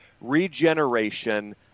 regeneration